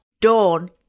Dawn